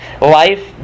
life